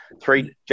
three